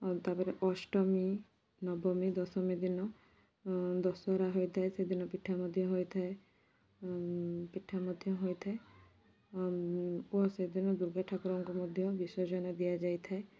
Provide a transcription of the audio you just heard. ଆଉ ତାପରେ ଅଷ୍ଟମୀ ନବମୀ ଦଶମୀ ଦିନ ଦଶହରା ହୋଇଥାଏ ସେଦିନ ପିଠା ମଧ୍ୟ ହୋଇଥାଏ ପିଠା ମଧ୍ୟ ହୋଇଥାଏ ଅ ଓ ସେଦିନ ଦୂର୍ଗା ଠାକୁରଙ୍କୁ ମଧ୍ୟ ବିସର୍ଜନ ଦିଆଯାଇଥାଏ